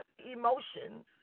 emotions